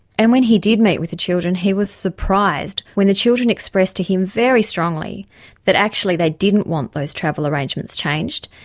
and when he did meet with the children he was surprised when the children expressed to him very strongly that actually they didn't want those travel arrangements changed.